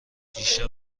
دیشب